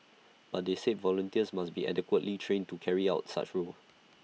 but they said volunteers must be adequately trained to carry out such A role